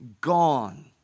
gone